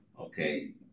okay